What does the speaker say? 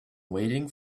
waiting